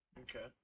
okay